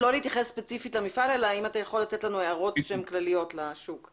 אני חושב שאין ספק שהראיות שראינו מעוררות חוסר נוחות,